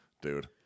Dude